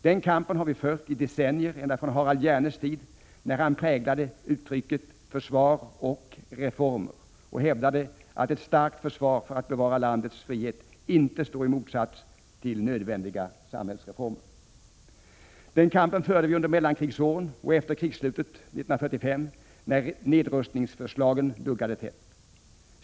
Den kampen har vi fört i decennier, ända från Harald Hjärnes tid, då han präglade uttrycket ”försvar och reformer” och hävdade att ett starkt försvar för att bevara landets frihet inte står i motsats till nödvändiga samhällsreformer. Den kampen förde vi under mellankrigsåren och efter krigsslutet 1945, då nedrustningsförslagen duggade tätt.